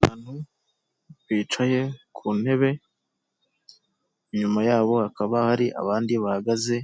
Abantu bicaye ku ntebe, inyuma yabo hakaba hari abandi bahagaze,